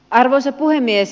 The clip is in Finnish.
arvoisa puhemies